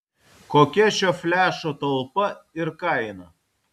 kokia šio flešo talpa ir kaina